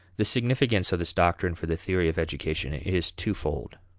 the significance of this doctrine for the theory of education is twofold.